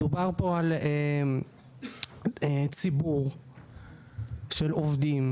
מדובר פה על ציבור של עובדים